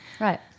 Right